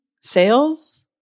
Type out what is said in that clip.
sales